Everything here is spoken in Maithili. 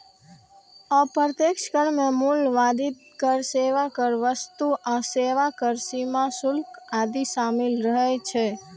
अप्रत्यक्ष कर मे मूल्य वर्धित कर, सेवा कर, वस्तु आ सेवा कर, सीमा शुल्क आदि शामिल रहै छै